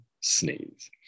sneeze